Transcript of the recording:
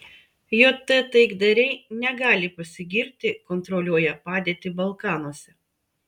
jt taikdariai negali pasigirti kontroliuoją padėtį balkanuose